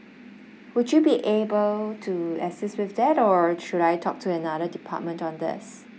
would you be able to assist with that or should I talk to another department on this